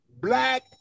Black